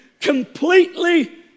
completely